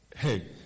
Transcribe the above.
Hey